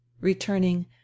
Returning